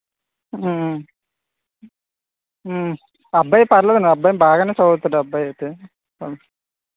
అబ్బాయి పర్లేదండి అబ్బాయి బాగానే చదువుతాడు ఆ అబ్బాయి అయితే